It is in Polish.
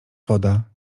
woda